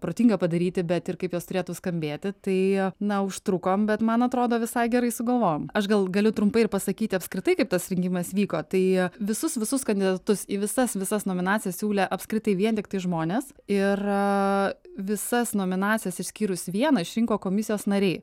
protinga padaryti bet ir kaip jos turėtų skambėti tai na užtrukom bet man atrodo visai gerai sugalvojom aš gal galiu trumpai ir pasakyti apskritai kaip tas rengimas vyko tai visus visus kandidatus į visas visas nominacijas siūlė apskritai vien tiktai žmonės ir visas nominacijas išskyrus vieną išrinko komisijos nariai